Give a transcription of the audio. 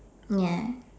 ya